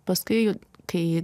paskui kai